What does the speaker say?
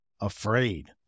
afraid